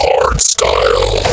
Hardstyle